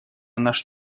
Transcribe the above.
наш